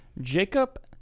Jacob